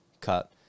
cut